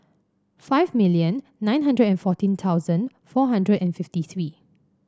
five million nine hundred and fourteen thousand four hundred and fifty three